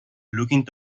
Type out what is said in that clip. looking